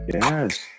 yes